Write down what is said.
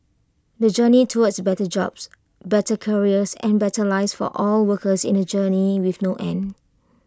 the journey towards better jobs better careers and better lives for all workers in A journey with no end